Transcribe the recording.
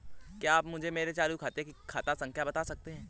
क्या आप मुझे मेरे चालू खाते की खाता संख्या बता सकते हैं?